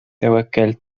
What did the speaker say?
тәвәккәл